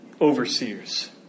overseers